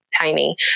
tiny